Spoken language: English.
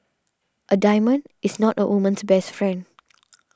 a diamond is not a woman's best friend